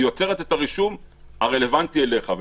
ויוצרת את הרישום הרלוונטי אליך.